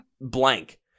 Blank